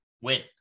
win